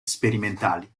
sperimentali